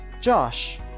Josh